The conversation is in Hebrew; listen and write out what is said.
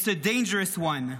it's a dangerous one.